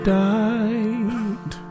died